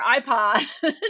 iPod